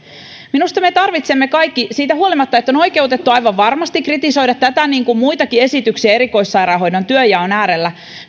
minusta me tarvitsemme kaikki siitä huolimatta että on aivan varmasti oikeutettua kritisoida tätä niin kuin muitakin esityksiä erikoissairaanhoidon työnjaon äärellä